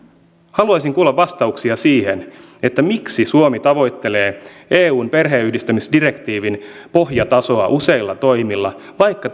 haluaisin kuulla vastauksia siihen miksi suomi tavoittelee eun perheenyhdistämisdirektiivin pohjatasoa useilla toimilla vaikka